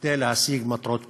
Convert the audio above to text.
כדי להשיג מטרות פוליטיות.